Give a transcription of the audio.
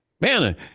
Man